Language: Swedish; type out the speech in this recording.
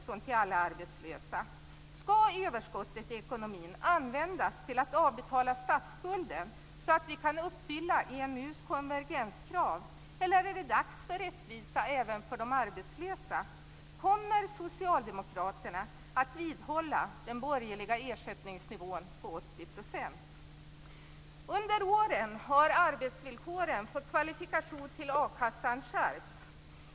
Skall överskottet i ekonomin användas till att avbetala statsskulden så att vi kan uppfylla EMU:s konvergenskrav, eller är det dags för rättvisa även för de arbetslösa? Kommer Socialdemokraterna att vidhålla den borgerliga ersättningsnivån på 80 %? Under åren har arbetsvillkoren för kvalifikation till a-kassan skärpts.